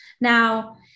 Now